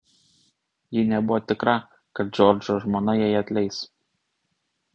ji nebuvo tikra kad džordžo žmona jai atleis